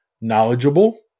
knowledgeable